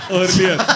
earlier